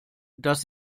dass